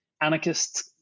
anarchist